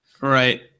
Right